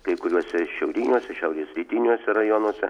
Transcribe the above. kai kuriuose šiauriniuose šiaurės rytiniuose rajonuose